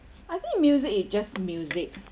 I think music it just music